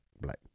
black